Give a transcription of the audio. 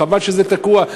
חבל שזה תקוע,